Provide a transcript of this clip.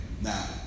now